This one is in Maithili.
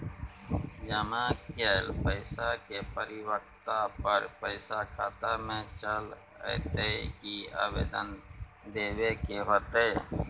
जमा कैल पैसा के परिपक्वता पर पैसा खाता में चल अयतै की आवेदन देबे के होतै?